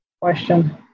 question